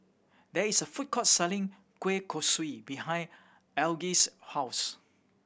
there is a food court selling kueh kosui behind Algie's house